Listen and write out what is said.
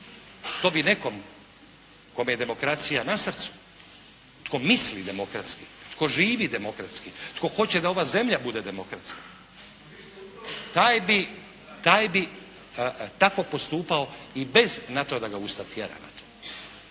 To bi nekom, kome je demokracija na srcu, tko misli demokratski, tko živi demokratski, tko hoće da ova zemlja bude demokratska, taj bi tako postupao i bez na to da ga Ustav tjera na to.